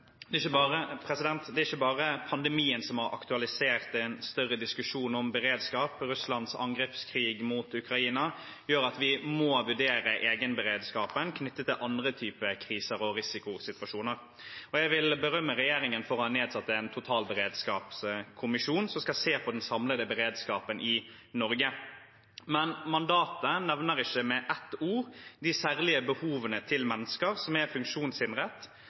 Det er ikke bare pandemien som har aktualisert en større diskusjon om beredskap. Russlands angrepskrig mot Ukraina gjør at vi må vurdere egenberedskapen knyttet til andre typer kriser og risikosituasjoner. Jeg vil berømme regjeringen for å ha nedsatt en totalberedskapskommisjon som skal se på den samlede beredskapen i Norge. Men mandatet nevner ikke med et ord de særlige behovene til mennesker som er